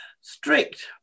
strict